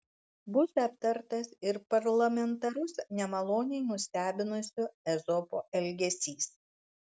bus aptartas ir parlamentarus nemaloniai nustebinusio ezopo elgesys